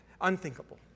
unthinkable